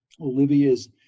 Olivia's